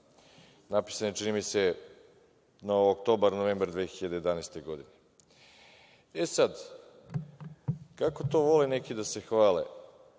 Napisan je čini mi se oktobar-novembar 2011. godine.E sad, kako to vole neki da se hvale,